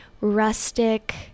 rustic